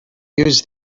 use